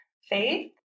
faith